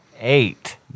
Eight